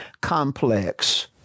complex